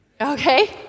Okay